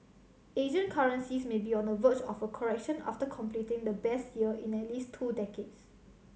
Asian currencies may be on the verge of a correction after completing the best year in at least two decades